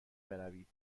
بروید